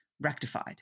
rectified